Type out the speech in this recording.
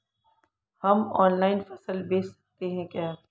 हम ऑनलाइन फसल बेच सकते हैं क्या?